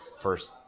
first